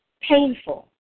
painful